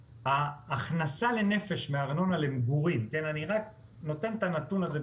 ההכנסה לנפש מארנונה למגורים אני רק נותן את הנתון הזה,